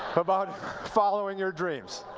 about following your dreams.